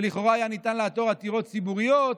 ולכאורה היה ניתן לעתור עתירות ציבוריות,